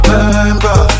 Remember